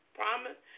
promise